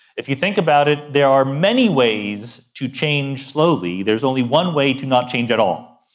if you think about it, there are many ways to change slowly, there's only one way to not change at all.